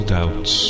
Doubts